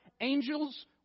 Angels